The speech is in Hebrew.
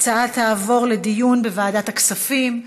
ההצעה תעבור לדיון בוועדת הכספים.